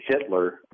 Hitler